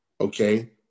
okay